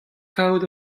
kaout